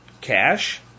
cash